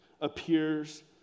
appears